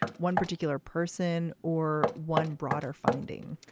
one particular person or one broader finding?